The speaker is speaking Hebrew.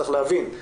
צריך להבין,